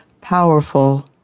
powerful